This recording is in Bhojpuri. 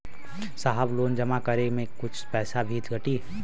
साहब लोन जमा करें में कुछ पैसा भी कटी?